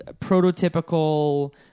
prototypical